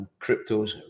cryptos